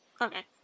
Okay